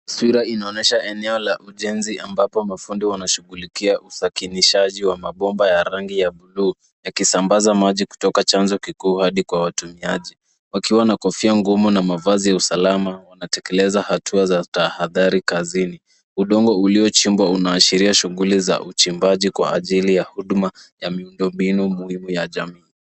Sura inaonyesha eneo la ujenzi ambapo mafundi wanashughulikia usakinishaaji wa mabomba ya rangi ya buluu, yakisambaza maji kutoka chanzo kikuu hadi kwa watumiaji. Wakiwa na kofia ngumu na mavazi ya usalama. Wanatekeleza hatua za tahadhari kazini .Udongo uliochimbwa unaashiria shughuli za uchimbaji kwa ajili ya huduma ya miundo mbinu ya jamii.